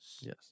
Yes